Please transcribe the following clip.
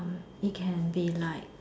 it can be like